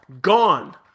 Gone